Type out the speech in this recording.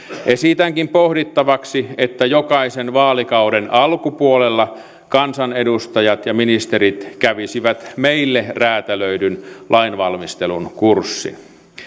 esitänkin pohdittavaksi että jokaisen vaalikauden alkupuolella kansanedustajat ja ministerit kävisivät meille räätälöidyn lainvalmistelun kurssin